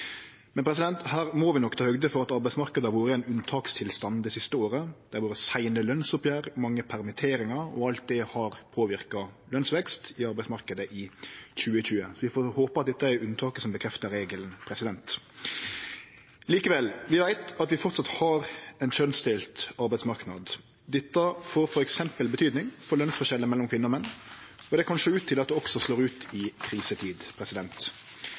Men her må vi nok ta høgd for at arbeidsmarknaden har vore i ein unntakstilstand det siste året. Det har vore seine lønsoppgjer og mange permitteringar, og alt det har påverka lønsveksten i arbeidsmarknaden i 2020. Vi får håpe at dette er unntaket som bekreftar regelen. Likevel: Vi veit at vi framleis har ein kjønnsdelt arbeidsmarknad. Dette får f.eks. betydning for lønsforskjellane mellom kvinner og menn, og det kan sjå ut til at det også slår ut i krisetid.